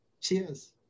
Cheers